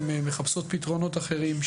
הן מחפשות פתרונות אחרים.